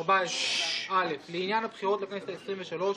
אדוני היושב-ראש,